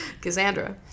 Cassandra